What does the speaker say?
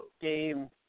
game